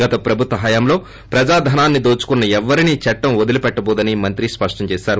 గత ప్రభుత్వం హయాంలో ప్రజాధనాన్ని దోచుకున్న ఎవరినీ చట్టం వదలని మంత్రి స్పష్టం చేశారు